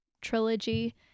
trilogy